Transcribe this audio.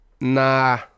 nah